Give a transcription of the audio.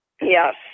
Yes